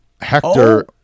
Hector